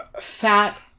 fat